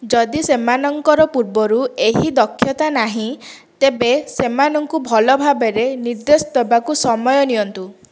ଯଦି ସେମାନଙ୍କର ପୂର୍ବରୁ ଏହି ଦକ୍ଷତା ନାହିଁ ତେବେ ସେମାନଙ୍କୁ ଭଲ ଭାବରେ ନିର୍ଦ୍ଦେଶ ଦେବାକୁ ସମୟ ନିଅନ୍ତୁ